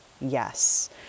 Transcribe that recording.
yes